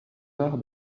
arts